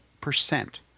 percent